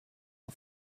her